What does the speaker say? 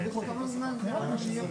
אנחנו מצטערים, זה לא תקין.